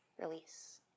release